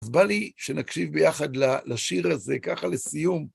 אז בא לי שנקשיב ביחד ל... לשיר הזה, ככה לסיום.